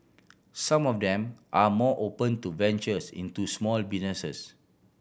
some of them are more open to ventures into small